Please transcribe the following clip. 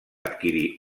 adquirir